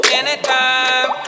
anytime